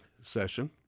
session